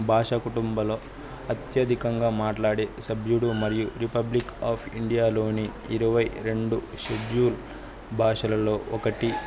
భాష కుటుంబలో అత్యధికంగా మాట్లాడే సభ్యుడు మరియు రిపబ్లిక్ ఆఫ్ ఇండియాలోని ఇరవై రెండు షెడ్యూల్ భాషలలో ఒకటి